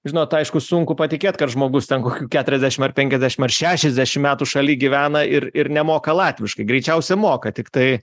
žinot aišku sunku patikėt kad žmogus ten kokių keturiasdešim ar penkiasdešim ar šešiasdešim metų šaly gyvena ir ir nemoka latviškai greičiausia moka tiktai